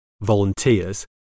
volunteers